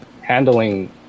handling